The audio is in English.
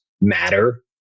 matter